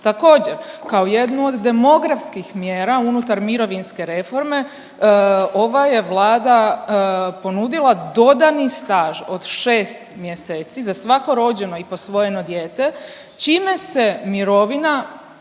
Također, kao jednu od demografskih mjera unutar mirovinske reforme ova je Vlada ponudila dodani staž od 6 mjeseci za svako rođeno i posvojeno dijete čime se mirovina